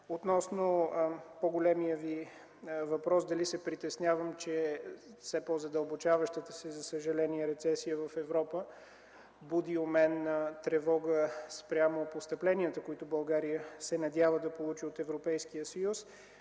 Относно по-големия Ви въпрос, дали се притеснявам, че все по- задълбочаващата се, за съжаление, рецесия в Европа буди у мен тревога спрямо постъпленията, които България се надява да получи от Европейския съюз,